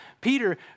Peter